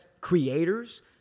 creators